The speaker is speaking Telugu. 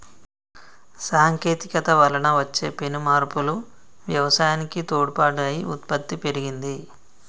సాంకేతికత వలన వచ్చే పెను మార్పులు వ్యవసాయానికి తోడ్పాటు అయి ఉత్పత్తి పెరిగింది